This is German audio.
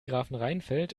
grafenrheinfeld